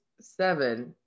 seven